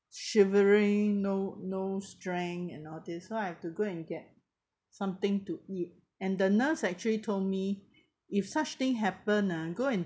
shivering no no strength and all these so I have to go and get something to eat and the nurse actually told me if such thing happen ah go and